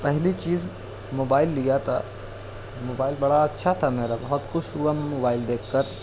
پہلی چیز موبائل لیا تھا موبائل بڑا اچھا تھا میرا بہت خوش ہوا میں موبائل دیکھ کر